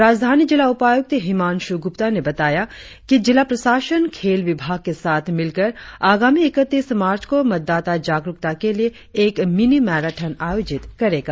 राजधानी जिला उपायुक्त हिमांशु गुप्ता ने बताया कि जिला प्रशासन खेल विभाग के साथ मिलकर आगामी इकतीस मार्च को मतदाता जागरुकता के लिए एक मिनी मेराथन आयोजित करेगा